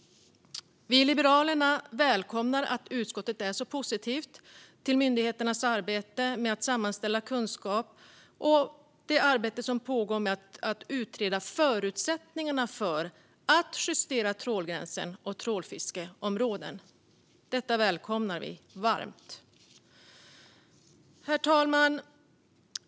Vi i Liberalerna välkomnar att utskottet är så positivt till myndigheternas arbete med att sammanställa kunskap och det arbete som pågår med att utreda förutsättningarna för att justera trålgränsen och trålfiskeområden. Detta välkomnar vi varmt. Herr talman!